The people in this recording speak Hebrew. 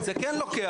זה כן לוקח.